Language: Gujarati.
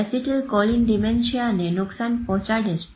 એસીટીલ કોલીન ડીમેન્શિઆને નુકશાન પહોચાડે છે